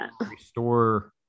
restore